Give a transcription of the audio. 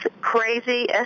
crazy